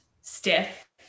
stiff